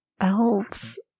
elves